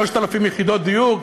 3,000 יחידות דיור,